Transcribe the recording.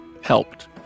helped